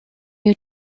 you